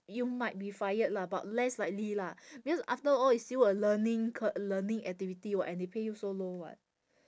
you might be fired lah but less likely lah because after all it's still a learning cur~ learning activity [what] and they pay you so low [what]